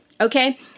okay